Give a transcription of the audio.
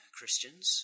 Christians